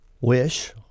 wish